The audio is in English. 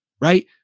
Right